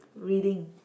reading